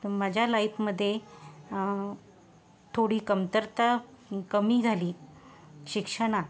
माझ्या लाईपमधे थोडी कमतरता कमी झाली शिक्षणात